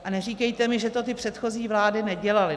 A neříkejte mi, že to ty předchozí vlády nedělaly.